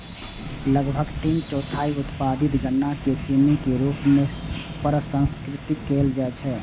लगभग तीन चौथाई उत्पादित गन्ना कें चीनी के रूप मे प्रसंस्कृत कैल जाइ छै